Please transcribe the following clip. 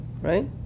right